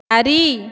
ଚାରି